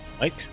Mike